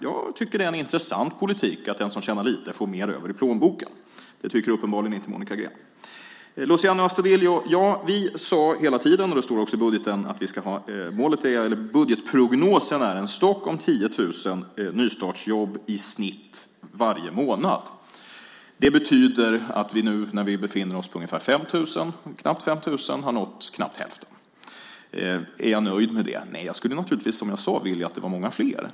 Jag tycker att det är en intressant politik, att den som tjänar lite får mer över i plånboken. Det tycker uppenbarligen inte Monica Green. Luciano Astudillo! Ja, vi sade hela tiden - det står också i budgeten - att budgetprognosen är en stock om 10 000 nystartsjobb i snitt varje månad. Det betyder att vi nu när vi befinner oss på knappt 5 000 har nått knappt hälften. Är jag nöjd med det? Nej, jag skulle naturligtvis, som jag sade, vilja att det var många fler.